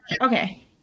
Okay